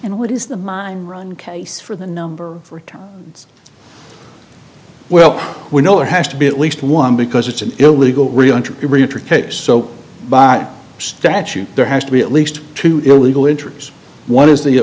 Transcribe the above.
and what is the mind run case for the number for well we know there has to be at least one because it's an illegal reentry case so by statute there has to be at least two illegal entries one is the